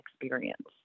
experience